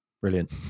Brilliant